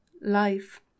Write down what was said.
life